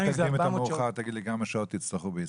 אם זה --- אולי תקדים את המאוחר ותגיד לי כמה שעות תצטרכו בישראל.